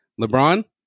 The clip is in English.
LeBron